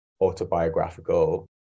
autobiographical